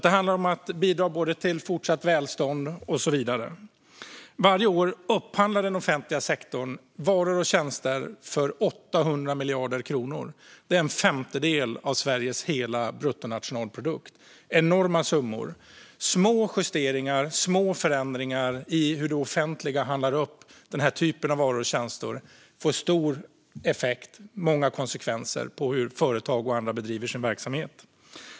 Det handlar om att bidra till fortsatt välstånd och så vidare. Varje år upphandlar den offentliga sektorn varor och tjänster för 800 miljarder kronor, vilket är en femtedel av Sveriges hela bruttonationalprodukt. Det är enorma summor. Små justeringar och små förändringar i hur det offentliga handlar upp den här typen av varor och tjänster får stor effekt på och många konsekvenser för hur företag och andra bedriver sin verksamhet.